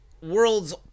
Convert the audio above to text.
world's